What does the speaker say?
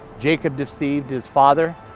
jacob deceived his father,